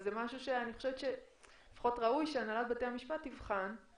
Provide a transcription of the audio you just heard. זה משהו שאני חושבת שלפחות ראוי שהנהלת בתי המשפט תבחן,